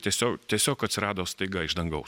tiesiog tiesiog atsirado staiga iš dangaus